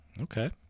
Okay